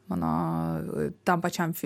mano tam pačiam